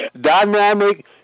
dynamic